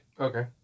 Okay